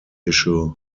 issue